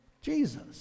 Jesus